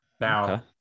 Now